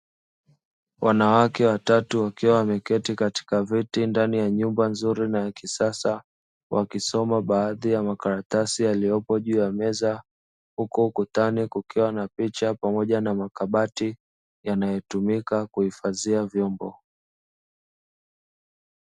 Wanawake watatu wakiwa wameketi katika viti ndani ya nyumba nzuri na ya kisasa wakisoma baadhi ya makaratasi yaliyopo juu ya meza huko ukutani kukiwa na picha pamoja na makabati yanayotumika kuhifadhia vyombo.